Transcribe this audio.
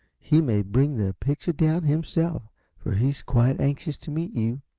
he may bring the picture down himself for he's quite anxious to meet you.